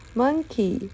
monkey